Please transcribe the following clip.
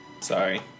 Sorry